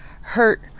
hurt